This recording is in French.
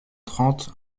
trente